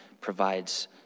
provides